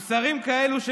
עם שרים כאלה,